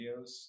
videos